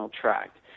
tract